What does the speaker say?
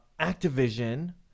Activision